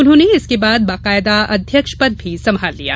उन्होंने इसके बाद बाकायदा अध्यक्ष पद भी संभाल लिया